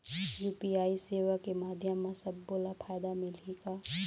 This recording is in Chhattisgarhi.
यू.पी.आई सेवा के माध्यम म सब्बो ला फायदा मिलही का?